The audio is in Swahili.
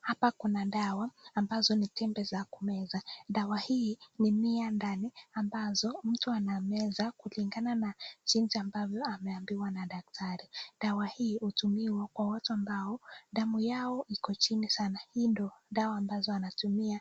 Hapa kuna dawa ambazo ni tembe za kumeza. Dawa hii ni mia ndani ambazo mtu anameza kulingana na jinsi ambavyo ameambiwa na daktari. Dawa hii hutumiwa kwa watu ambao damu yao iko chini sana hii ndo dawa ambazo anatumia